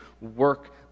work